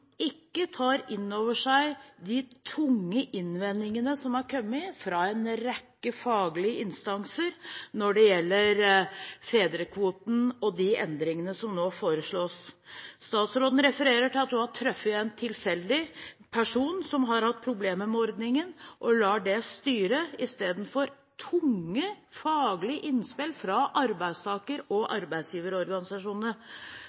ikke tar innover seg de tunge innvendingene som har kommet fra en rekke faglige instanser når det gjelder fedrekvoten og de endringene som nå foreslås. Statsråden refererer til at hun har truffet en tilfeldig person som har hatt problemer med ordningen, og lar det styre i stedet for tunge, faglige innspill fra arbeidstaker- og